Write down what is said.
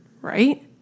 right